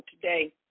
today